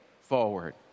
forward